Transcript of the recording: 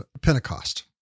Pentecost